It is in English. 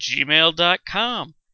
gmail.com